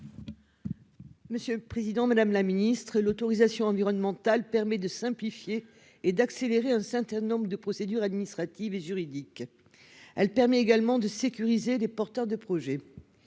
Monique de Marco. L'autorisation environnementale permet de simplifier et d'accélérer un certain nombre de procédures administratives et juridiques. Elle permet également de sécuriser des porteurs de projet.